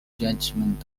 judgement